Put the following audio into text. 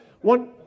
One